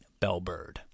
bellbird